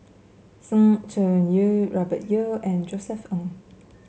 Sng Choon Yee Robert Yeo and Josef Ng